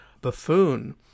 buffoon